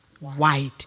wide